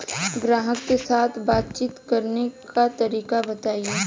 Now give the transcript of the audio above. ग्राहक के साथ बातचीत करने का तरीका बताई?